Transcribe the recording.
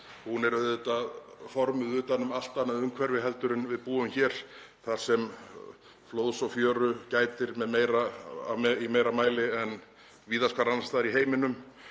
áðan er auðvitað formuð utan um allt annað umhverfi en við búum við hér þar sem flóðs og fjöru gætir í meira mæli en víðast hvar annars staðar í heiminum.